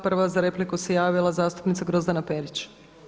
Prva za repliku se javila zastupnica Grozdana Perić.